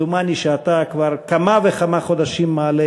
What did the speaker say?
דומני שאתה כבר כמה וכמה חודשים מעלה